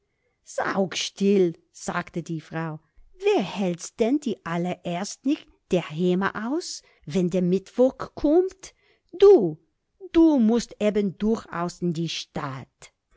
stille sagte die frau wer hält's denn zu allererst nich derheeme aus wenn der mittwoch kummt du du mußt eben durchaus in die stadt